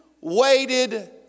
waited